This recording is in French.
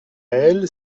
elle